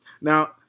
Now